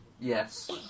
Yes